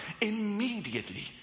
immediately